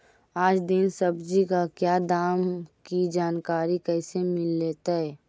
आज दीन सब्जी का क्या दाम की जानकारी कैसे मीलतय?